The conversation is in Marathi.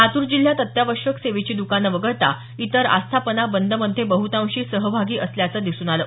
लातूर जिल्ह्यात अत्यावश्यक सेवेची द्कानं वगळता इतर आस्थापना बंदमध्ये बहुतांशी सहभागी असल्याचं दिसून आलं